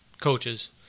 coaches